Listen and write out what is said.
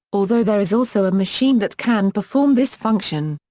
although there is also a machine that can perform this function.